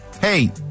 hey